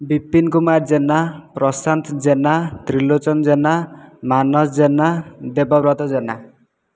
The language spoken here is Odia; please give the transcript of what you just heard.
ବିପିନ କୁମାର ଜେନା ପ୍ରଶାନ୍ତ ଜେନା ତ୍ରିଲୋଚନ ଜେନା ମାନସ ଜେନା ଦେବବ୍ରତ ଜେନା